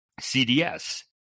CDS